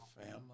family